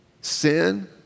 Sin